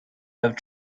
have